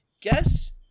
Guess